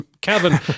Kevin